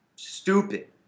Stupid